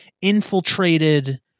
infiltrated